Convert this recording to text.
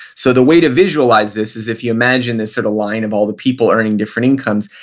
so the way to visualize this is if you imagine this sort of line of all the people earning different incomes,